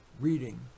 reading